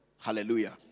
hallelujah